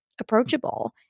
approachable